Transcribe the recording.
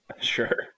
Sure